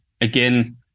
Again